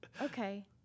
okay